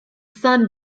sun